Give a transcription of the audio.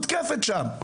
וכמוהו יש עוד הרבה אחרים,